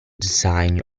design